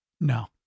No